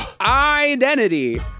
identity